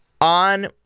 on